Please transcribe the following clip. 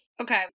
okay